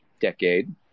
decade